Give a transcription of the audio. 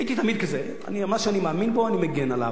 הייתי תמיד כזה, מה שאני מאמין בו, אני מגן עליו.